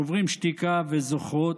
שוברים שתיקה וזוכרות,